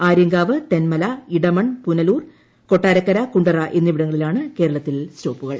ആര്യങ്കാവ് തെന്മല ഇടമൺ പുനലൂർ കൊട്ടാരക്കര കുണ്ടറ എന്നിവിടങ്ങളിലാണ് കേരളത്തിൽ സ്റ്റോപ്പുകൾ